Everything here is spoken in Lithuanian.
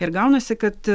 ir gaunasi kad